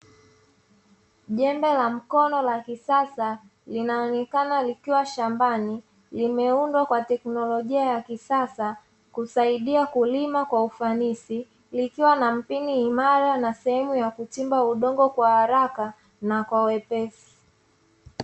Jembe la mkono la kisasa, linaonekana likiwa shambani limeundwa kwa teknolojia ya kisasa; husaidia kulima kwa ufanisi, likiwa na mpini imara na sehemu ya kuchimba udongo kwa haraka na kwa wepesi.